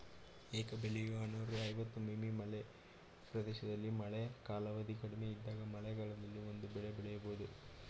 ಏಕ ಬೆಳೆಯು ಆರ್ನೂರ ಐವತ್ತು ಮಿ.ಮೀ ಮಳೆ ಪ್ರದೇಶದಲ್ಲಿ ಮಳೆ ಕಾಲಾವಧಿ ಕಡಿಮೆ ಇದ್ದಾಗ ಮಳೆಗಾಲದಲ್ಲಿ ಒಂದೇ ಬೆಳೆ ಬೆಳೆಯೋದು